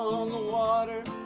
the water,